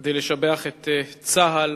כדי לשבח את צה"ל,